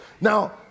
Now